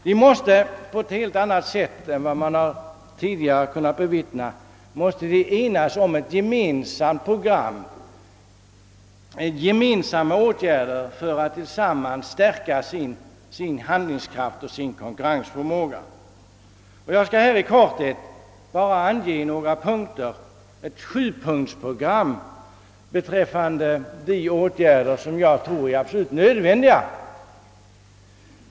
De måste på ett helt annat sätt än tidigare enas om ett gemensamt program, tillsammans vidtaga åtgärder för att stärka sin handlingskraft och sin konkurrensförmåga. Jag skall helt kort skissera ett sjupunktsprogram rörande de åtgärder jag anser vara absolut nödvändiga.